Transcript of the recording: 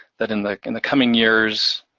that in the in the coming years,